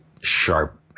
sharp